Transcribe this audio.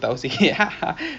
okay um